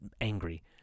angry